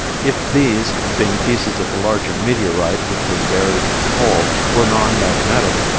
if these, being pieces of the larger meteorite which was buried in the hole, were non-magnetic,